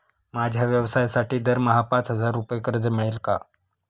माझ्या व्यवसायासाठी दरमहा पाच हजार रुपये कर्ज मिळेल का?